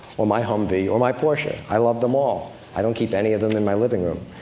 or my humvee, or my porsche. i love them all. i don't keep any of them in my living room.